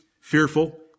fearful